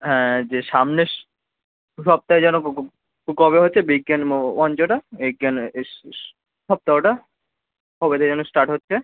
হ্যাঁ যে সামনেস সপ্তাহে যেন কবে হচ্ছে বিজ্ঞান মঞ্চটা এই জ্ঞানের সপ্তাহটা কবে থেকে যেন স্টার্ট হচ্ছে